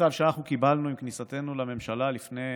המצב שאנחנו קיבלנו עם כניסתנו לממשלה לפני